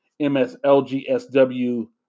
MSLGSW